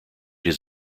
his